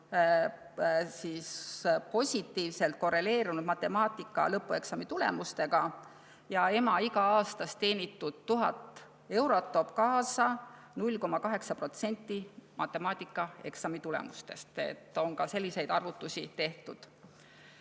positiivselt korreleerunud matemaatika lõpueksami tulemustega: ema iga aastas teenitud 1000 eurot toob kaasa 0,8% matemaatikaeksami tulemusest. On ka selliseid arvutusi tehtud. Nüüd